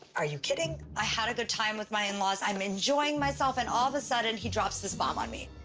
are you kidding? i had a good time with my in-laws, i'm enjoying myself, and all of the sudden he drops this bomb on me.